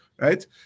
right